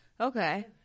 Okay